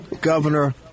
Governor